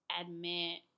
admit